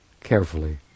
Carefully